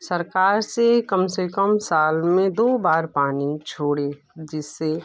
सरकार से कम से कम साल में दो बार पानी छोड़े जिससे